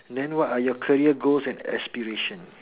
then what are your career goals and aspiration